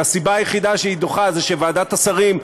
והסיבה היחידה שהיא דוחה היא שוועדת השרים,